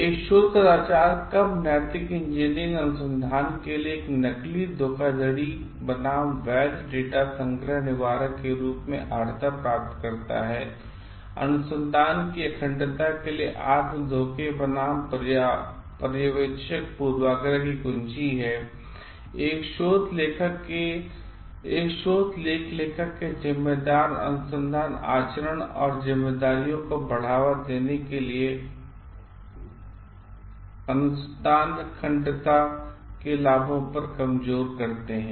एक शोध कदाचार कब नैतिक इंजीनियरिंगअनुसंधान केलिए एक नकली धोखाधड़ी बनाम वैध डेटा संग्रह निवारक के रूप में अर्हता प्राप्त करता हैअनुसंधान की अखंडता के लिए आत्म धोखे बनाम पर्यवेक्षक पूर्वाग्रह एक कुंजी है एक शोध लेख के लेखक के जिम्मेदार अनुसंधान आचरण और जिम्मेदारियों को बढ़ावा देने के लिए अनुसंधान अखंडता के लाभों को कमजोर करते हैं